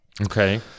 Okay